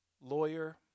lawyer